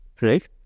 Right